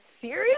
serious